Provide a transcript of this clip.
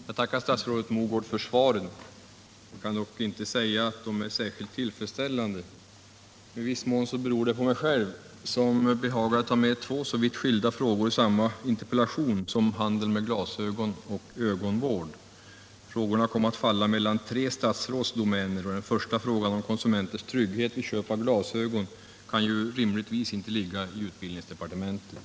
Herr talman! Jag tackar statsrådet Mogård för svaren. Jag kan dock inte säga att de är särskilt tillfredsställande. I viss mån beror det på mig själv, eftersom jag i interpellationen tog upp två från varandra så vitt skilda problem som handeln med glasögon och ögonvård. Frågorna kom att falla på tre statsråds domäner, och frågan om konsumenters trygghet vid köp av glasögon kan ju rimligtvis inte ligga i utbildningsdepartementet.